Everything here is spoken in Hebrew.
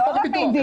לא לפי חוק,